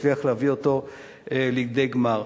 הצליח להביא אותו לידי גמר.